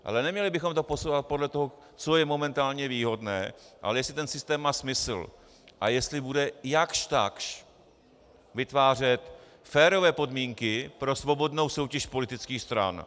Ale neměli bychom to posouvat podle toho, co je momentálně výhodné, ale jestli ten systém má smysl a jestli bude jakžtakž vytvářet férové podmínky pro svobodnou soutěž politických stran.